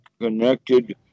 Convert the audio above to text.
connected